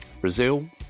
Brazil